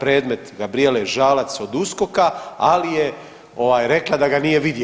predmet Gabrijele Žalac od USKOK-a, ali je rekla da ga nije vidjela.